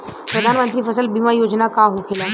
प्रधानमंत्री फसल बीमा योजना का होखेला?